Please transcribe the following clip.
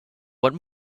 what